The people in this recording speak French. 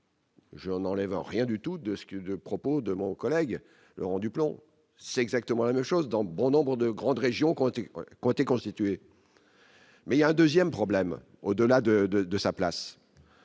Je n'enlève en rien du tout de ce que de propos de mon collègue Laurent du plomb, c'est exactement le choses dans bon nombres de grandes régions comptez côté constituée. Mais il y a un 2ème problème au-delà de, de,